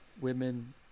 women